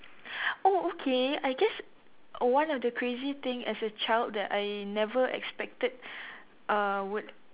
oh okay I guess one of the crazy thing as a child that I never expected uh would